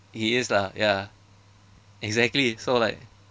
he is lah ya exactly so like